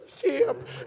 ship